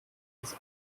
bis